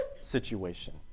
situation